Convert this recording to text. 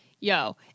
Yo